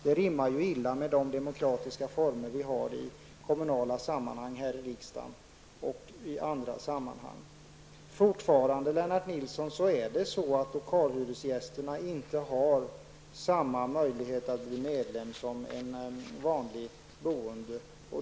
Detta rimmar illa med de demokratiska former vi har i kommunala sammanhang, här i riksdagen och i andra sammanhang. Det är fortfarande så, Lennart Nilsson, att en lokalhyresgäst inte har samma möjlighet att bli medlem som en vanlig boende.